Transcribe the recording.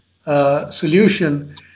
solution